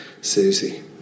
Susie